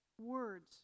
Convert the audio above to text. words